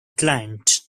client